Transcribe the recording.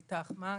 איתך מעכי,